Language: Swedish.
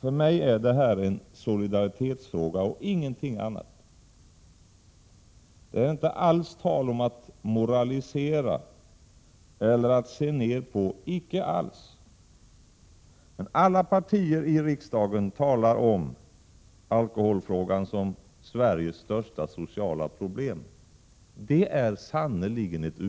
För mig är detta en fråga om solidaritet och ingenting annat. Det är inte alls fråga om att moralisera eller att nedvärdera, icke alls. Alla partier i riksdagen talar om alkoholproblemet som Sveriges största sociala problem. ”Sveriges största sociala problem” är sannerligen ett sätt